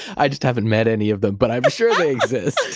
i just haven't met any of them. but i'm sure they exist